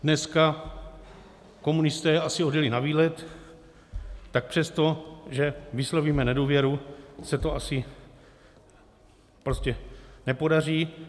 Dneska komunisté asi odjeli na výlet, tak přestože vyslovíme nedůvěru, se to asi prostě nepodaří.